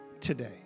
today